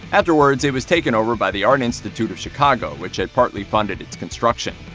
afterwards, it was taken over by the art institute of chicago, which had partly funded its construction.